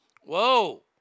Whoa